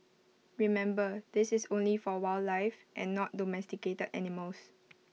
remember this is only for wildlife and not domesticated animals